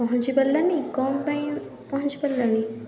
ପହଞ୍ଚି ପାରିଲନି କ'ଣ ପାଇଁ ପହଞ୍ଚି ପାରିଲନି